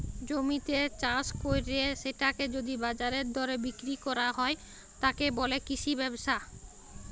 জমিতে চাস কইরে সেটাকে যদি বাজারের দরে বিক্রি কইর হয়, তাকে বলে কৃষি ব্যবসা